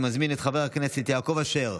אני מזמין את חבר הכנסת יעקב אשר,